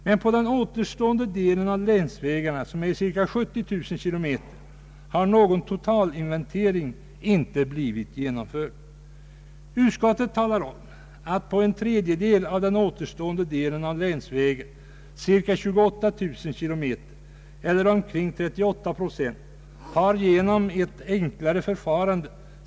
Men på den återstående delen av länsvägarna med en längd av cirka 70 000 kilometer har någon totalinventering inte blivit genomförd. Utskottet nämner att ungefär en tredjedel av den återstående delen av länsvägarna, cirka 28 000 kilometer eller omkring 38 procent, blivit undersökt genom ett enklare förfarande.